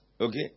Okay